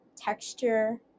texture